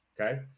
Okay